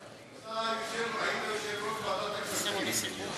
אתה היית יושב-ראש ועדת הכספים,